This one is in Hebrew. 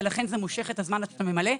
ולכן זה מושך את הזמן עד שאתה ממלא.